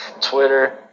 Twitter